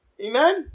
Amen